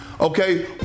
Okay